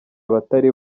abatari